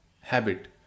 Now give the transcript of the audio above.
habit